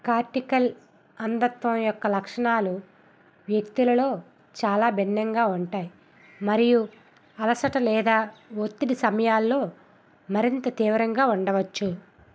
cortical అంధత్వం యొక్క లక్షణాలు వ్యక్తులలో చాలా భిన్నంగా ఉంటాయి మరియు అలసట లేదా ఒత్తిడి సమయాలలో మరింత తీవ్రంగా ఉండవచ్చు